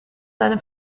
seine